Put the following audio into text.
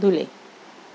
دولے